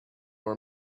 were